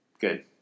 Good